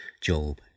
Job